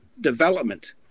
development